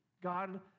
God